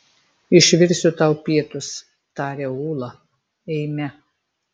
išvirsiu tau pietus taria ūla eime